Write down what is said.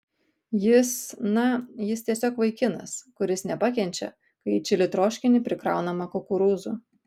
jis na jis tiesiog vaikinas kuris nepakenčia kai į čili troškinį prikraunama kukurūzų